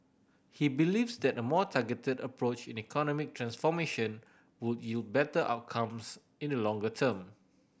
he believes that a more targeted approach in economic transformation would yield better outcomes in the longer term